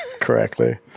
correctly